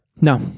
No